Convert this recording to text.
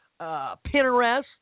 Pinterest